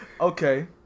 Okay